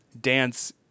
dance